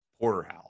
Porterhouse